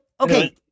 okay